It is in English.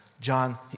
John